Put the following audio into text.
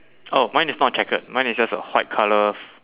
oh mine is not checkered mine is just a white colour